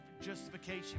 justification